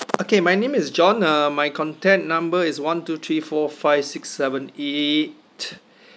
okay my name is john uh my contact number is one two three four five six seven eight